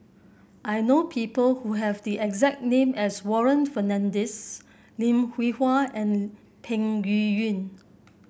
I know people who have the exact name as Warren Fernandez Lim Hwee Hua and Peng Yuyun